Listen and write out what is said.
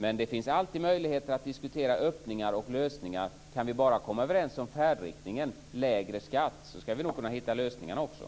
Men det finns alltid möjligheter att diskutera öppningar och lösningar. Om vi bara kan komma överens om färdriktningen - lägre skatt - skall vi nog kunna hitta lösningarna också.